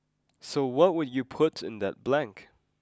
so what would you put in that blank